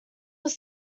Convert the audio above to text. was